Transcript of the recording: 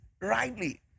rightly